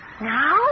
Now